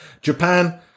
Japan